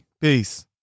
peace